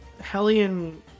Hellion